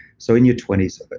so in your twenty so but